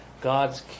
God's